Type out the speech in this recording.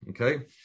Okay